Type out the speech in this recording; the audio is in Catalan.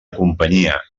companyia